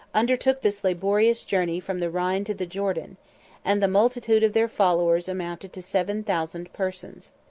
undertook this laborious journey from the rhine to the jordan and the multitude of their followers amounted to seven thousand persons.